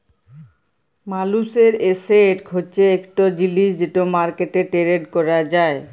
মালুসের এসেট হছে ইকট জিলিস যেট মার্কেটে টেরেড ক্যরা যায়